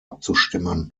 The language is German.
abzustimmen